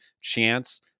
chance